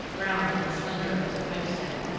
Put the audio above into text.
round and slender as a pipe-stem.